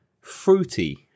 fruity